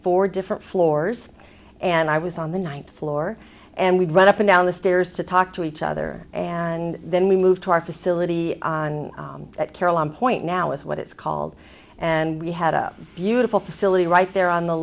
four different floors and i was on the ninth floor and we'd run up and down the stairs to talk to each other and then we moved to our facility on caroline point now is what it's called and we had a beautiful facility right there on the